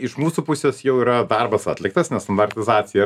iš mūsų pusės jau yra darbas atliktas na standartizacija